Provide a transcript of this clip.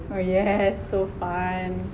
oh yeah so fun